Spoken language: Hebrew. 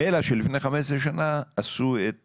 אלא שלפני 15 שנה עשו את